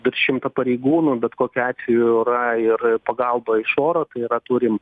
bet šimtą pareigūnų bet kokiu atveju yra ir pagalba iš oro tai yra turim